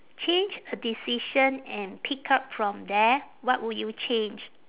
change a decision and pick up from there what would you change